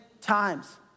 times